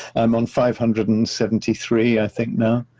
i'm on five hundred and seventy three, i think now.